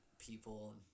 people